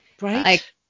Right